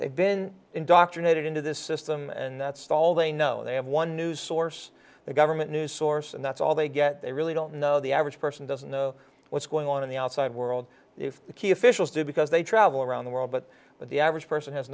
they've been indoctrinated into this system and that's all they know they have one news source the government news source and that's all they get they really don't know the average person doesn't know what's going on in the outside world if key officials do because they travel around the world but the average person has